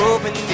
Open